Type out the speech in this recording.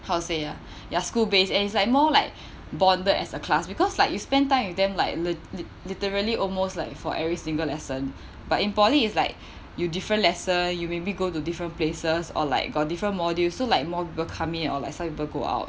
how to say ah ya school based it's like more like bonded as a class because like you spend time with them like li~ li~ literally almost like for every single lesson but in poly is like you different lesson you maybe go to different places or like got different module so like more people come in or like some people go out